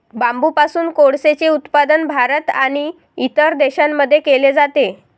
बांबूपासून कोळसेचे उत्पादन भारत आणि इतर देशांमध्ये केले जाते